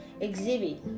exhibit